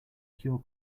pure